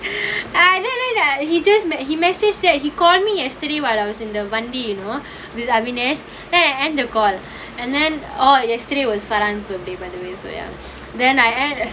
அடடடா:adadadaa he just he message said he called me yesterday while I was in the wani you know with ahvenesh then I end the call and then oh yesterday was fari's birthday by the way so ya then I end